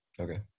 Okay